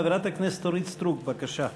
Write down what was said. חברת הכנסת אורית סטרוק, בבקשה.